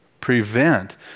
prevent